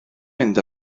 mynd